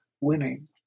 winning